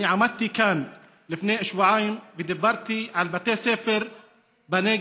אני עמדתי כאן לפני שבועיים ודיברתי על בתי ספר בנגב,